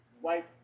white